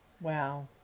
Wow